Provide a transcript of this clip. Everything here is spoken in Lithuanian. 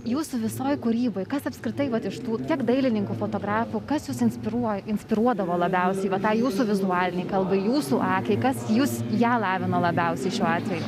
jūsų visoj kūryboj kas apskritai vat iš tų tiek dailininkų fotografų kas jus inspiruoja inspiruodavo labiausiai va tą jūsų vizualinei kalbai jūsų akiai kas jus ją lavino labiausiai šiuo atveju